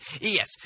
yes